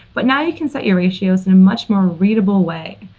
but now you can set your ratios in a much more readable way.